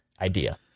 idea